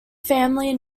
family